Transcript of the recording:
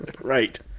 Right